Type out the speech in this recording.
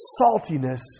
saltiness